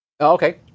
Okay